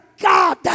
God